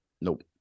nope